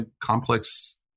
complex